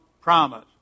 promise